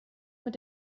mit